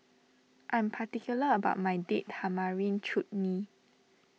I am particular about my Date Tamarind Chutney